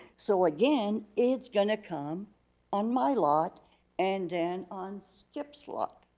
so again, it's gonna come on my lot and then on skip's lot.